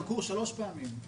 בצומת כרכור שלוש פעמים.